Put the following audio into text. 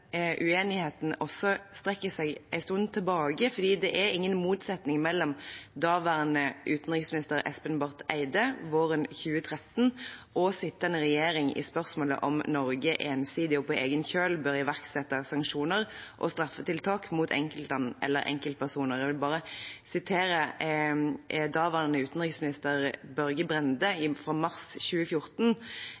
strekker seg en stund tilbake, for det er ingen motsetning mellom daværende utenriksminister Espen Barth Eide våren 2013 og sittende regjering i spørsmålet om Norge ensidig og på egen kjøl bør iverksette sanksjoner og straffetiltak mot enkeltland eller enkeltpersoner. Jeg vil sitere daværende utenriksminister Børge Brende da han i